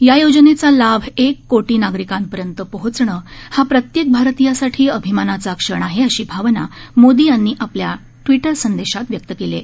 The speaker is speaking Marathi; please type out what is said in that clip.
या योजनेचा लाभ एक कोटी नागरिकांपर्यंत पोचणं हा प्रत्येक भारतीयासाठी अभिमानाचा क्षण आहे अशी भावना मोदी यांनी आपल्या ट्वीट संदेशात व्यक्त केली आहे